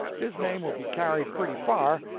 his name will be carried pretty far,